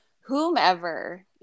whomever